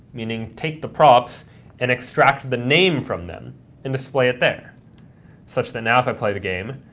meaning take the props and extract the name from them and display it there such that now if i play the game,